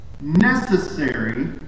necessary